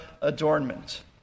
adornment